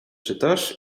czytasz